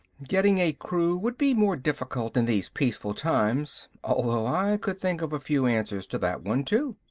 getting a crew would be more difficult in these peaceful times, although i could think of a few answers to that one, too.